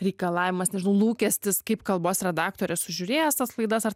reikalavimas nežinau lūkestis kaip kalbos redaktorė sužiūrės tas laidas ar